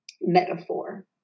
metaphor